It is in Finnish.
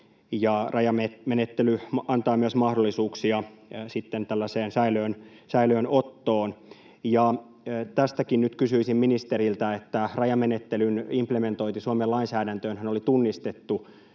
Rajamenettely antaa myös mahdollisuuksia sitten tällaiseen säilöönottoon. Tästäkin kysyisin nyt ministeriltä. Rajamenettelyn implementointi Suomen lainsäädäntöönhän oli tunnistettu